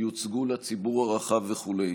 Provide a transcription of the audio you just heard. יוצגו לציבור הרחב וכו'.